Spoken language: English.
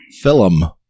Film